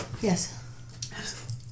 yes